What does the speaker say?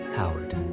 howard.